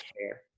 care